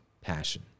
Passion